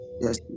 Yes